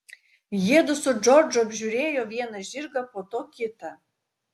jiedu su džordžu apžiūrėjo vieną žirgą po to kitą